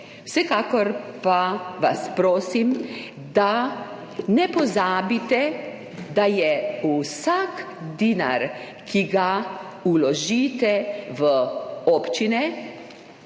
Vsekakor pa vas prosim, da ne pozabite, da je vsak denar, ki ga vložite v občine,